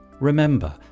Remember